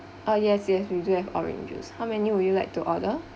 ah yes yes we do have orange juice how many would you like to order